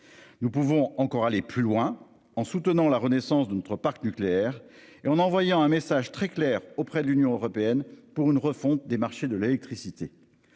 Nous pouvons encore aller plus loin en soutenant la renaissance de notre parc nucléaire et on en envoyant un message très clair auprès de l'Union européenne pour une refonte des marchés de l'électricité.